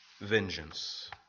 vengeance